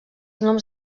noms